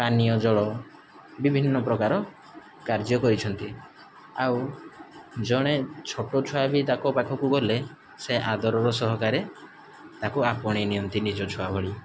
ପାନୀୟ ଜଳ ବିଭିନ୍ନ ପ୍ରକାର କାର୍ଯ୍ୟ କରିଛନ୍ତି ଆଉ ଜଣେ ଛୋଟ ଛୁଆ ବି ତାଙ୍କ ପାଖକୁ ଗଲେ ସେ ଆଦରର ସହକାରେ ତାକୁ ଆପଣେଇ ନିଅନ୍ତି ନିଜ ଛୁଆ ଭଳି